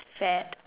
fad